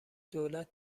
دولت